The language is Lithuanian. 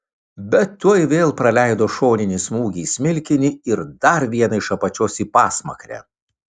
bet tuoj vėl praleido šoninį smūgį į smilkinį ir dar vieną iš apačios į pasmakrę